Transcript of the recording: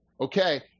Okay